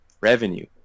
revenue